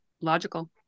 Logical